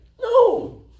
No